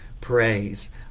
praise